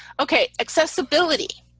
okay, accessibility.